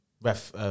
ref